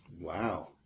Wow